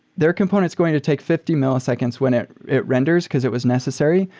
their component is going to take fifty milliseconds when it it renders because it was necessary.